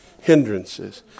hindrances